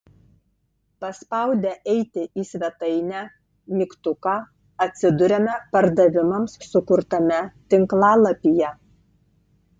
paspaudę eiti į svetainę mygtuką atsiduriame pardavimams sukurtame tinklalapyje